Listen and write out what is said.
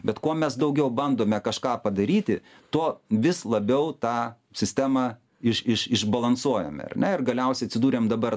bet kuo mes daugiau bandome kažką padaryti tuo vis labiau tą sistemą iš iš išbalansuojame ar ne ir galiausiai atsidūrėm dabar